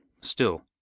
Still